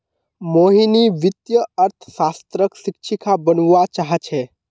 मोहिनी वित्तीय अर्थशास्त्रक शिक्षिका बनव्वा चाह छ